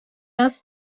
asked